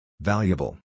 Valuable